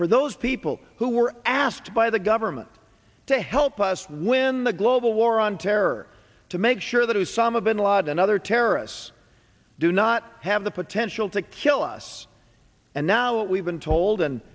for those people who were asked by the government to help us win the global war on terror to make sure that osama bin laden and other terrorists do not have the potential to kill us and now what we've been told and